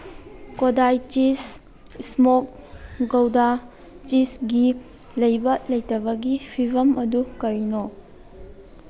ꯀꯣꯗꯥꯏ ꯆꯤꯁ ꯏꯁꯃꯣꯛ ꯒꯧꯗꯥ ꯆꯤꯁꯒꯤ ꯂꯩꯕ ꯂꯩꯇꯕꯒꯤ ꯐꯤꯕꯝ ꯑꯗꯨ ꯀꯔꯤꯅꯣ